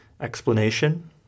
Explanation